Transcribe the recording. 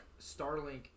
Starlink